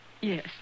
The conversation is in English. Yes